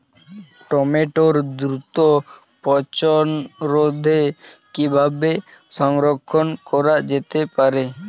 টমেটোর দ্রুত পচনরোধে কিভাবে সংরক্ষণ করা যেতে পারে?